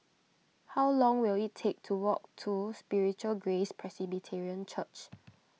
how long will it take to walk to Spiritual Grace Presbyterian Church